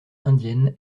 indienne